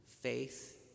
faith